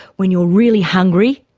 when you are really hungry,